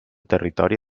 territori